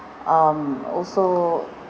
um also